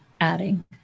adding